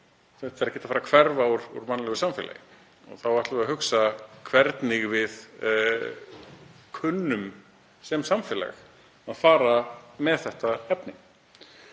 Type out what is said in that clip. Þetta er ekki að fara að hverfa úr mannlegu samfélagi. Þá ættum við að hugsa hvernig við kunnum sem samfélag að fara með þetta efni.